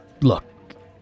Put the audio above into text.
Look